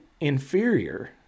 inferior